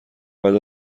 بعد